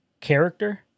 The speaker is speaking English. character